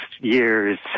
year's